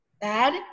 bad